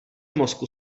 mozku